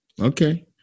Okay